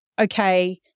okay